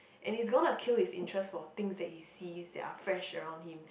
and it's gonna kill his interest for things that he sees that are fresh around him